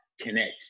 connect